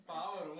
Power